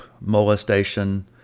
molestation